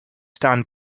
stand